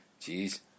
Jeez